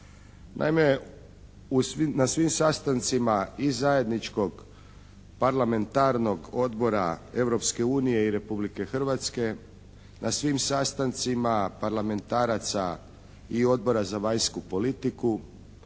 na svim sastancima i zajedničkog parlamentarnog Odbora Europske unije i Republike Hrvatske, na svim sastancima parlamentaraca i Odbora za vanjsku politiku